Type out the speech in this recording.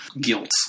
guilt